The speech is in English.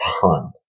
ton